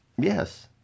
Yes